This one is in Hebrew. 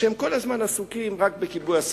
שהם כל הזמן עסוקים רק בכיבוי השרפות.